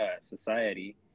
society